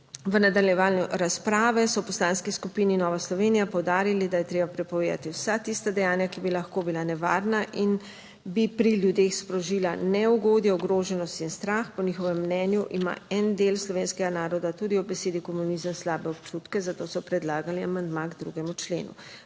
V nadaljevanju razprave so v Poslanski skupini Nova Slovenija poudarili, da je treba prepovedati vsa tista dejanja, ki bi lahko bila nevarna in bi pri ljudeh sprožila neugodje, ogroženost in strah. Po njihovem mnenju ima en del slovenskega naroda tudi ob besedi komunizem slabe občutke, zato so predlagali amandma k 2. členu.